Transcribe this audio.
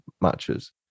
matches